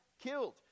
killed